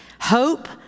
Hope